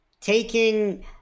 taking